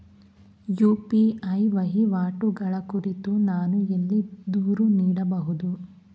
UPI ವಹಿವಾಟುಗಳ ಕುರಿತು ನಾನು ಎಲ್ಲಿ ದೂರು ನೀಡಬಹುದು?